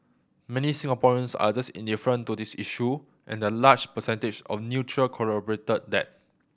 many Singaporeans are just indifferent to this issue and the large percentage of neutral corroborated that